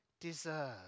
deserve